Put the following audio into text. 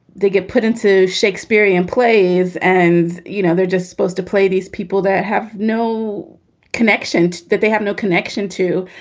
they get put into shakespearean plays and, you know, they're just supposed to play these people that have no connection, that they have no connection to,